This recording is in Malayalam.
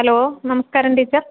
ഹലോ നമസ്ക്കാരം ടീച്ചർ